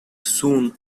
soon